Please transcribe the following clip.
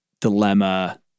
dilemma